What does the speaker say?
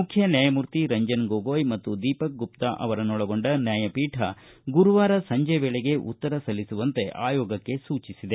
ಮುಖ್ಯ ನ್ಯಾಯಮೂರ್ತಿ ರಂಜನ್ ಗೊಗೊಯ್ ಮತ್ತು ದೀಪಕ್ ಗುಪ್ತಾ ಅವರನ್ನೊಳಗೊಂಡ ನ್ಯಾಯಪೀಠ ಗುರುವಾರ ಸಂಜೆ ವೇಳೆಗೆ ಉತ್ತರ ಸಲ್ಲಿಸುವಂತೆ ಆಯೋಗಕ್ಕೆ ಸೂಚಿಸಿದೆ